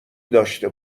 داشته